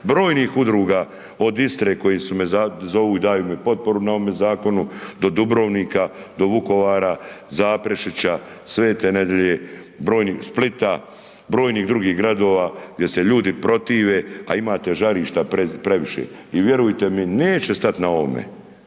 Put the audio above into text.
brojnih udruga od istre koji me zovu i daju mu potporu na ovome zakonu do Dubrovnika, do Vukovara, Zaprešića, Svete Nedelje, Splita, brojnih drugih gradova gdje se ljudi protive a imate žarište previše i vjerujte, neće stati na ovome.